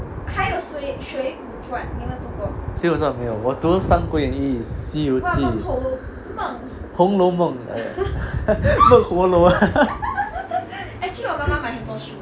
水谷转没有我读三归 only 西游记红楼梦 梦红楼 ah